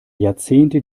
jahrzehnte